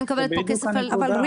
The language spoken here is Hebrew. אני מקבלת פה כסף --- אבל,